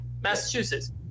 Massachusetts